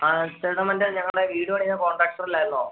ആ ചേട്ടാ മറ്റെ ഞങ്ങളെ വീട് പണിത കോൺട്രാക്ടറല്ലായിരുന്നോ